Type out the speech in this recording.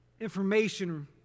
information